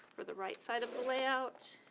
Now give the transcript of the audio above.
for the right side of the layout.